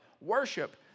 worship